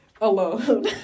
alone